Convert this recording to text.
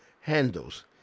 handles